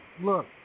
look